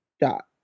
dot